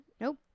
Nope